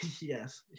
Yes